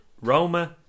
Roma